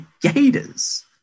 Gators